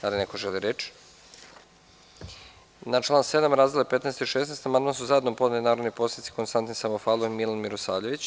Da li neko želi reč? (Ne.) Na član 7. razdele 15 i 16 amandman su zajedno podneli narodni poslanici Konstantin Samofalov i Milan Mirosavljević.